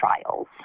trials